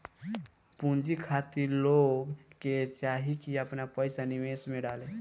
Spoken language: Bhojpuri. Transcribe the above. पूंजी खातिर लोग के चाही की आपन पईसा निवेश में डाले